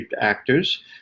actors